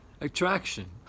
attraction